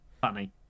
Funny